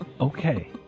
Okay